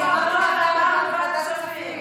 אני אמרתי ועדת כספים.